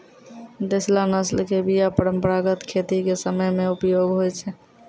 देशला नस्ल के बीया परंपरागत खेती के समय मे उपयोग होय छै